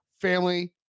family